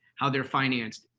how they're financed.